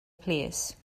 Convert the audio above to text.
plîs